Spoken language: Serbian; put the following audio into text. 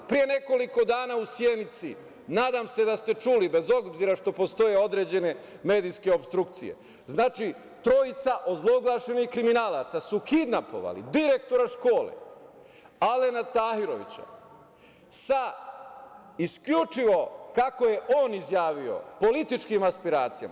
Pre nekoliko dana u Sjenici, nadam se da ste čuli, bez obzira što postoje određene medijske opstrukcije, trojica ozloglašenih kriminalaca su kidnapovali direktora škole Alena Tahirovića sa isključivo, kako je on izjavio, političkim aspiracijama.